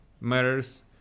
matters